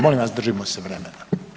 Molim vas držimo se vremena.